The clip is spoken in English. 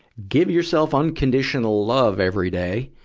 give yourself unconditional love every day.